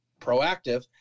proactive